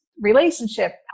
relationship